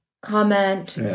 comment